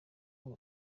ari